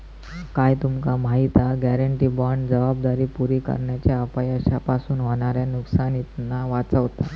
काय तुमका माहिती हा? गॅरेंटी बाँड जबाबदारी पुरी करण्याच्या अपयशापासून होणाऱ्या नुकसानीतना वाचवता